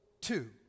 Two